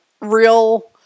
real